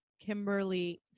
Kimberly